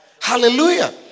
Hallelujah